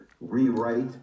rewrite